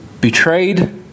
betrayed